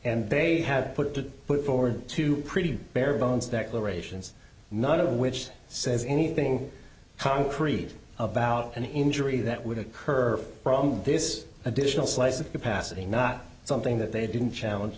and they have put it to put forward to pretty bare bones declarations none of which says anything concrete about an injury that would occur from this additional slice of capacity not something that they didn't challenge